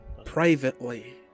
privately